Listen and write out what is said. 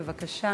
בבקשה.